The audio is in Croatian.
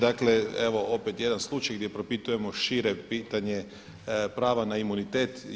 Dakle evo opet jedan slučaj gdje propitujemo šire pitanje prava na imunitet.